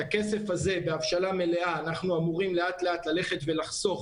את הכסף הזה בהבשלה מלאה אנחנו אמורים לאט לאט לחסוך,